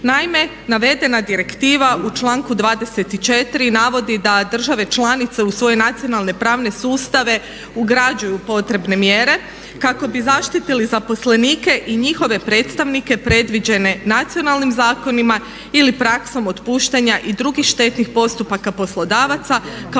Naime, navedena direktiva u članku 24. navodi da države članice u svoje nacionalne pravne sustave ugrađuju potrebne mjere kako bi zaštitili zaposlenike i njihove predstavnike predviđene nacionalnim zakonima ili praksom otpuštanja i drugih štetnih postupaka poslodavaca kao